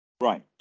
Right